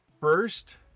First